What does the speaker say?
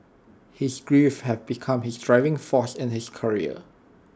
his grief had become his driving force in his career